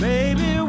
Baby